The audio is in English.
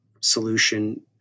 solution